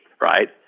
right